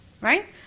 Right